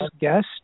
guest